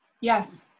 Yes